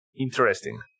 interesting